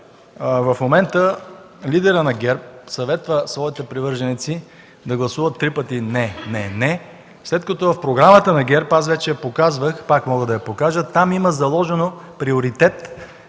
в момента лидерът на ГЕРБ съветва своите привърженици да гласуват три пъти „не”, след като в Програмата на ГЕРБ, аз вече я показвах, пак мога да я покажа, има заложен приоритет